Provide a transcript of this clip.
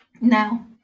Now